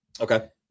Okay